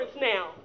now